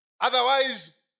Otherwise